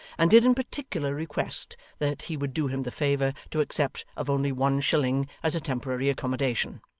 and did in particular request that he would do him the favour to accept of only one shilling as a temporary accommodation.